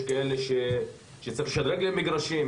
יש כאלה שצריך לשדרג להם מגרשים,